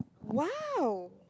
!wow!